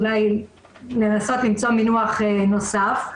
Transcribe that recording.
אולי לנסות למצוא מינוח נוסף.